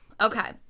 Okay